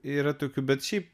yra tokių bet šiaip